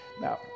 Now